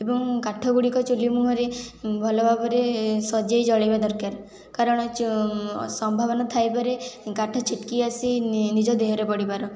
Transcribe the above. ଏବଂ କାଠ ଗୁଡ଼ିକ ଚୁଲି ମୁହଁରେ ଭଲ ଭାବରେ ସଜେଇ ଜଳେଇବା ଦରକାର କାରଣ ସମ୍ଭାବନା ଥାଇ ପରେ କାଠ ଛିଟକି ଆସି ନିଜ ଦେହରେ ପଡ଼ିବାର